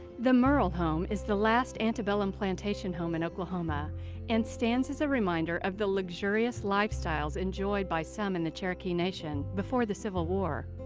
the murrell home is the last antebellum plantation home in oklahoma and stands as a reminder of the luxurious lifestyle enjoyed by some in the cherokee nation before the civil war.